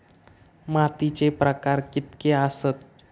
मातीचे प्रकार कितके आसत?